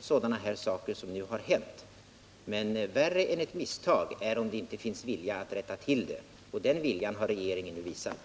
sådana här saker inträffa. Men värre än ett misstag är om det inte finns vilja att rätta till det. Den viljan har regeringen visat.